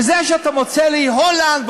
וזה שאתה מוצא לי את הולנד,